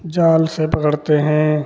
जाल से पकड़ते हैं